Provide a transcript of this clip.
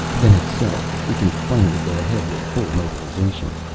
then it's settled. we can finally go ahead with full mobilization.